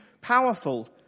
powerful